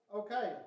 okay